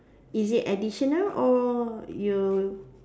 is it additional or you